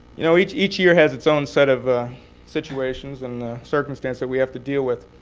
you know each each year has its own set of situations and circumstance that we have to deal with.